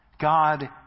God